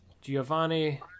Giovanni